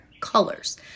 colors